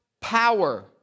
power